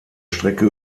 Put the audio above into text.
strecke